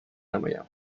نمایم